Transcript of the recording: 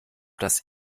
das